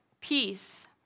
peace